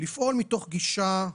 לפעול מתוך גישה,